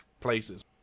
places